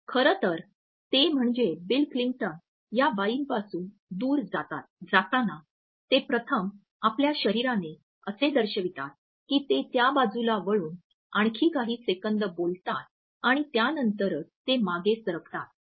खरं तर ते म्हणजे बिल क्लिंटन या बाईपासून दूर जाताना ते प्रथम आपल्या शरीराने असे दर्शवितात की ते त्या बाजूला वळून आणखी काही सेकंद बोलतात आणि त्यानंतरच ते मागे सरकतात